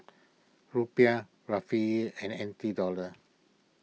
Rupiah Rufiyaa and N T Dollars